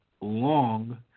long